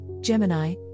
Gemini